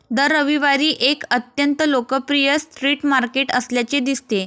दर रविवारी एक अत्यंत लोकप्रिय स्ट्रीट मार्केट असल्याचे दिसते